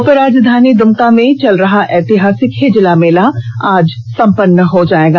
उपराजधानी दुमका में चल रहा ऐतिहासिक हिजला मेला आज संपन्न हो जाएगा